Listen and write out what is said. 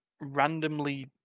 randomly